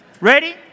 Ready